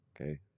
Okay